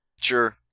Sure